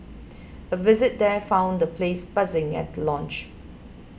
a visit there found the place buzzing at the launch